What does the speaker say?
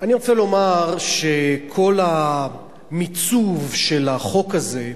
אני רוצה לומר שכל המיצוב של החוק הזה,